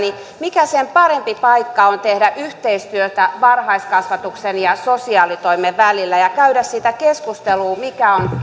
mikä sen parempi paikka on tehdä yhteistyötä varhaiskasvatuksen ja sosiaalitoimen välillä ja käydä sitä keskustelua mikä on